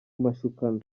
mashukano